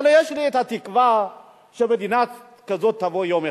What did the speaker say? אבל יש לי תקווה שמדינה כזאת תבוא יום אחד.